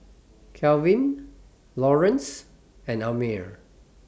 Kalvin Laurence and Amir